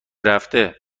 رفته